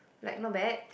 like not bad